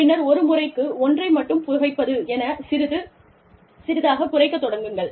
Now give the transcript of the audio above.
பின்னர் ஒரு முறைக்கு ஒன்றை மட்டும் புகைப்பது என சிறிது சிறிதாகக் குறைக்கத் தொடங்குங்கள்